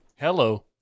Hello